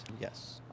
Yes